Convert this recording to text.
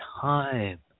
time